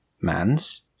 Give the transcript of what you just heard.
Man's